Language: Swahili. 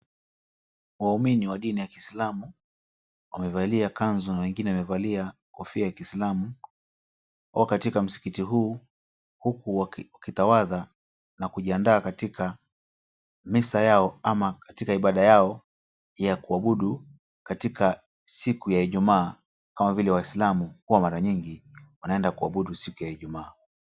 Waumini wa dini ya kiislamu wamevalia kanzu na wengine wamevalia kofia ya kiislamu. Wako katika msikiti huku wakitawadha na kujiaadaa katika misa yao ama katika ibada yao ya kuabudu katika siku ya ijumaa, kama vile waislamu huwa mara nyingi wanaenda kuabudu siku ya ijumaa.